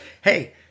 hey